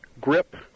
grip